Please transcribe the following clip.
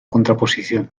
contraposición